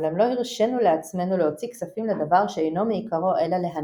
אולם לא הרשינו לעצמינו להוציא כספים לדבר שאינו מעיקרו אלא להנאה".